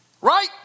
Right